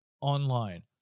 online